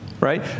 Right